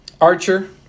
Archer